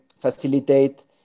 facilitate